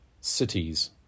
cities